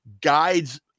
guides